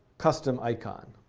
custom icon.